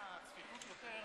חברי הכנסת,